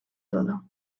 todo